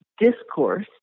discourse